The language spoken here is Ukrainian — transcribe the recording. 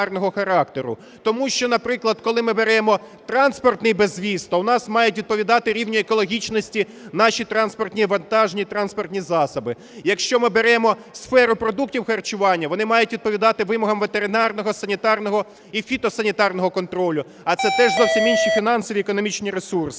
Тому що, наприклад, коли ми беремо транспортний безвіз, то у нас мають відповідати рівню екологічності наші транспортні, вантажні транспорті засоби. Якщо ми беремо сферу продуктів харчування, вони мають відповідати вимогам ветеринарного, санітарного і фітосанітарного контролю, а це теж зовсім інші фінансові економічні ресурси.